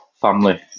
family